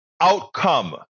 outcome